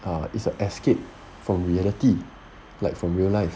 err is an escape from reality like from real life